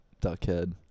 Duckhead